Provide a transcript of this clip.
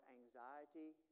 anxiety